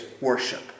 worship